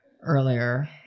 earlier